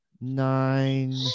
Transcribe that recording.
nine